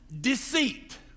deceit